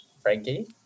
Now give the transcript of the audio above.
Frankie